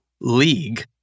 league